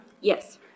Yes